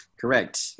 Correct